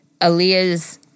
Aaliyah's